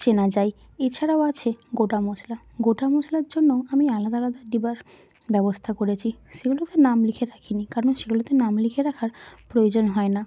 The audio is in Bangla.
চেনা যায় এছাড়াও আছে গোটা মশলা গোটা মশলার জন্য আমি আলাদা আলাদা ডিব্বার ব্যবস্থা করেছি সেগুলোতে নাম লিখে রাখিনি কারণ সেগুলোতে নাম লিখে রাখার প্রয়োজন হয় না